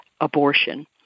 abortion